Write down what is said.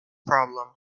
problem